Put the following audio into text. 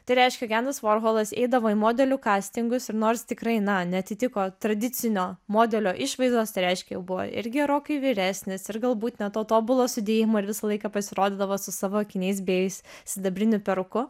tai reiškia endis vorholas eidavo į modelių kastingus ir nors tikrai na neatitiko tradicinio modelio išvaizdos tai reiškia jau buvo ir gerokai vyresnis ir galbūt ne to tobulo sudėjimo ir visą laiką pasirodydavo su savo akiniais bei sidabriniu peruku